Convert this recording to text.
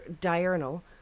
diurnal